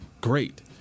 great